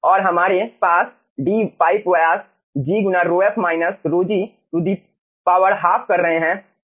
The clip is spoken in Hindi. और हमारे पास D पाइप व्यास g गुना ρf minus ρg to the power half कर रहे हैं